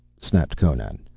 snapped conan,